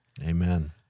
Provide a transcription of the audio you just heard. Amen